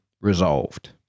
resolved